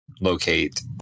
locate